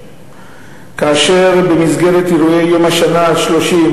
ביניהם ראשי יישובים,